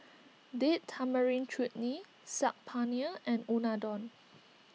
Date Tamarind Chutney Saag Paneer and Unadon